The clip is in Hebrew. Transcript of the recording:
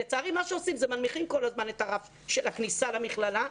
לצערי מה שעושים זה מנמיכים כל הזמן את הרף של הכניסה למכללה,